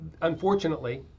unfortunately